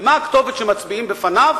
ומה הכתובת שמצביעים בפניו?